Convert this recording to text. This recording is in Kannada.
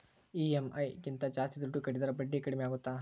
ಇ.ಎಮ್.ಐ ಗಿಂತ ಜಾಸ್ತಿ ದುಡ್ಡು ಕಟ್ಟಿದರೆ ಬಡ್ಡಿ ಕಡಿಮೆ ಆಗುತ್ತಾ?